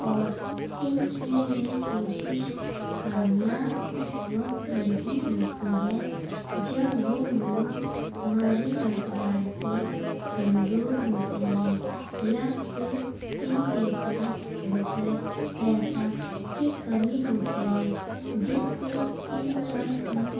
اور ان کی یہ کوشش کامیاب اس وقت نہیں ہوتی ہے جب وہ لوگ مالی اعتبار سے کمزور ہوتے ہیں یا پھر ان کے پاس روپے پیسہ کی کمی ہوتی ہے جس سے ان کا فن